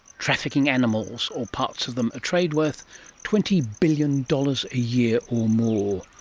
trafficking animals, or parts of them, a trade worth twenty billion dollars a year or more,